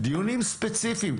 דיונים ספציפיים,